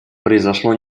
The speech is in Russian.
произошло